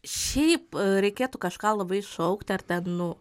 šiaip reikėtų kažką labai šaukti ar ten nu